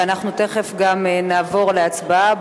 ואנחנו תיכף גם נעבור להצבעה,